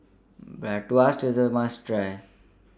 Bratwurst IS A must Try